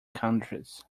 countries